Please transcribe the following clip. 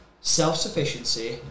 self-sufficiency